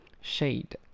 Shade